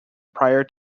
prior